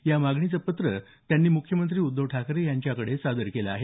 या मागणीचं पत्र त्यांनी मुख्यमंत्री उद्धव ठाकरे यांच्याकडे सादर केलं आहे